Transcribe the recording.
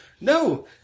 no